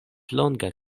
longa